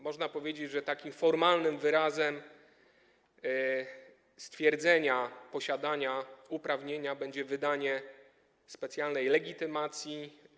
Można powiedzieć, że takim formalnym wyrazem stwierdzenia posiadania uprawnienia będzie wydanie specjalnej legitymacji.